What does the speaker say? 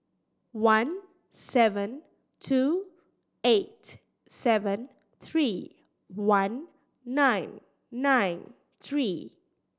one seven two eight seven three one nine nine three